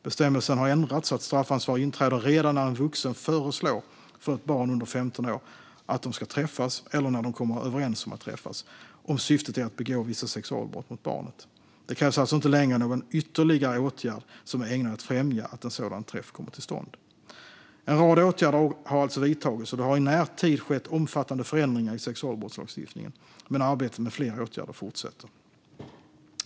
Bestämmelsen har ändrats så att straffansvar inträder redan när en vuxen föreslår för ett barn under 15 år att de ska träffas, eller när de kommer överens om att träffas, om syftet är att begå vissa sexualbrott mot barnet. Det krävs alltså inte längre någon ytterligare åtgärd som är ägnad att främja att en sådan träff kommer till stånd. En rad åtgärder har alltså vidtagits, och det har i närtid skett omfattande förändringar av sexualbrottslagstiftningen. Men arbetet med fler åtgärder fortsätter.